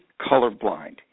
colorblind